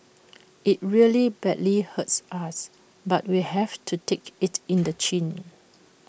IT really badly hurts us but we have to take IT in the chin